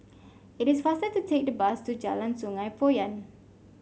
it is faster to take the bus to Jalan Sungei Poyan